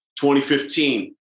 2015